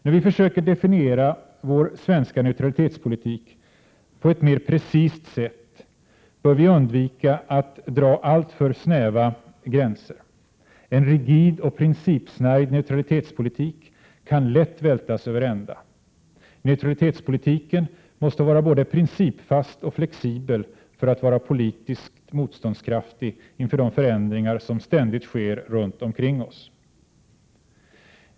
När vi försöker definiera vår svenska neutralitetspolitik på ett mer precist sätt bör vi undvika att dra alltför snäva gränser. En rigid och principsnärjd neutralitetspolitik kan lätt vältas över ända. Neutralitetspolitiken måste vara både principfast och flexibel för att vara politiskt motståndskraftig inför de förändringar som ständigt sker runt omkring oss.